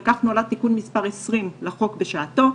וכך נולד תיקון מס' 20 לחוק בשעתו.